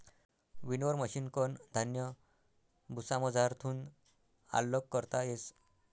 winnower मशिनकन धान्य भुसामझारथून आल्लग करता येस